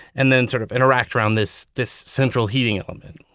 and then sort of interact around this this central heating element.